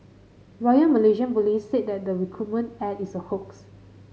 Royal Malaysian Police said that the recruitment ad is a hoax